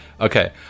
Okay